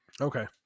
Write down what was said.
okay